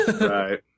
Right